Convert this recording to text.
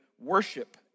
worship